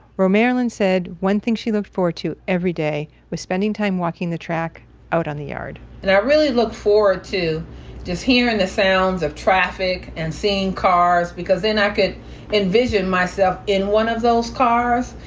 romarilyn said one thing she looked forward to every day was spending time walking the track out on the yard and i really looked forward to just hearing the sounds of traffic and seeing cars, because then i could envision myself in one of those cars.